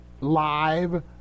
live